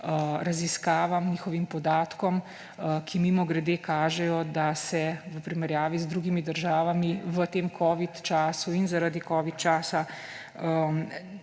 raziskavam, njihovim podatkom, ki – mimogrede – kažejo, da se v primerjavi z drugimi državami v tem covidnem času in zaradi covid časa